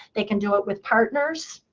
they can do it with partners,